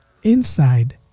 Inside